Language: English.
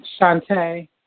shante